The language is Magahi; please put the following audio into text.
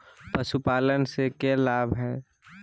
पशुपालन से के लाभ हय?